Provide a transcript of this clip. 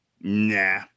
Nah